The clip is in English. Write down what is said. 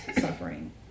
suffering